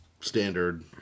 standard